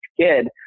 kid